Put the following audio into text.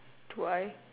to why